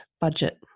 budget